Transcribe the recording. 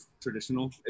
traditional